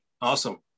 awesome